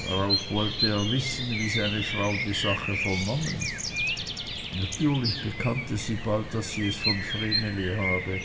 darauf wollte er wissen wie seine frau die sache vernommen natürlich bekannte sie bald daß sie es von vreneli habe